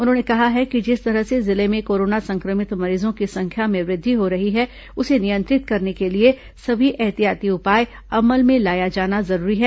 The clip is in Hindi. उन्होंने कहा है कि जिस तरह से जिले में कोरोना संक्रमित मरीजों की संख्या में वृद्धि हो रही है उसे नियंत्रित करने के लिए सभी ऐहतियाती उपाय अमल में लाया जाना जरूरी है